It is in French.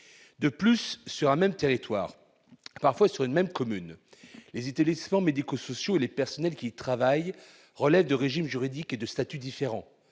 De plus, sur un même territoire, parfois sur une même commune, les établissements médico-sociaux et les personnels qui y travaillent relèvent de régimes juridiques et de statuts différents